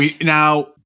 Now